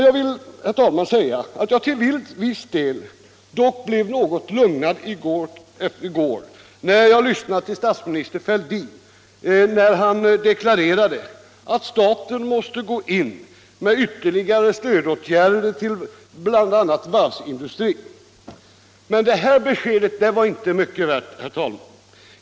Jag vill, herr talman, säga att jag till viss del dock blev något lugnad när jag i går lyssnade till statsminister Fälldin, som deklarerade att staten måste gå in med ytterligare stödåtgärder till bl.a. varvsindustrin. Men detta besked var inte mycket värt, herr talman.